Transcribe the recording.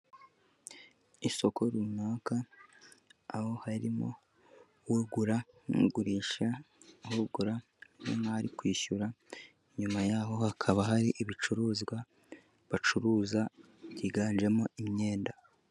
Isoko runaka aho harimo ugura n'ugurisha aho ugura ni nk'aho ari kwishyura, inyuma y'aho hakaba hari ibicuruzwa bacuruza byiganjemo imyenda.